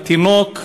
בתינוק.